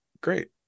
Great